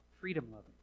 freedom-loving